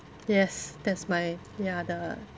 yes that's my ya the